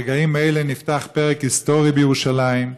ברגעים אלה נפתח פרק היסטורי בירושלים.